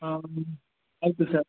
ಹಾಂ ಆಯಿತು ಸರ್